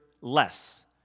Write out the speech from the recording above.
less